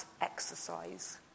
exercise